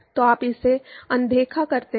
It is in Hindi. तो आप इसे अनदेखा करते हैं